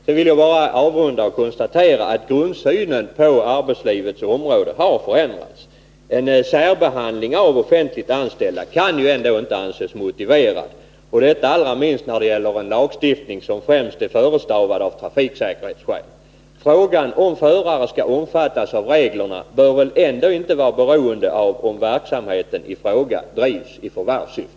Sedan vill jag bara avrunda med att konstatera att grundsynen på arbetslivets område har förändrats. En särbehandling av offentligt anställda kan inte anses motiverad, allra minst när det gäller en lagstiftning som främst har förestavats av trafiksäkerhetsskäl. Frågan om förare skall omfattas av reglerna bör inte vara beroende av om verksamheten i fråga drivs i förvärvssyfte.